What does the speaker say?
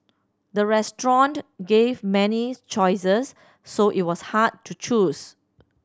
the restaurant gave many choices so it was hard to choose